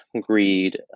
greed